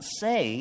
say